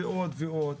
ועוד, ועוד.